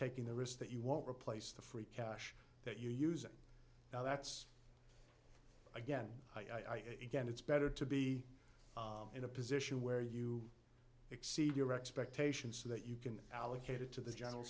taking the risk that you won't replace the free cash that you're using now that's again again it's better to be in a position where you exceed your expectations so that you can allocated to the general